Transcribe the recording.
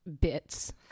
bits